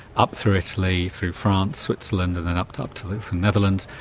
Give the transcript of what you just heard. up through italy, through france, switzerland and then up to up to the netherlands,